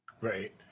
Right